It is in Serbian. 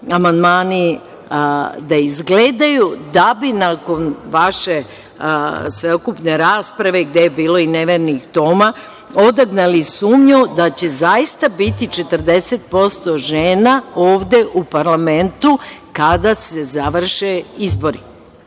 da izgledaju, da bi nakon vaše sveukupne rasprave, gde je bilo i nevernih Toma odagnali sumnju da će zaista biti 40% žena, ovde u parlamentu, kada se završe izbori.